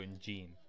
gene